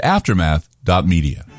Aftermath.media